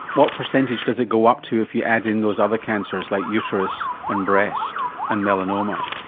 what percentage does it go up to if you add in those other cancers, like uterus and breast and melanoma?